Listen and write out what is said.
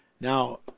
now